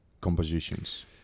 compositions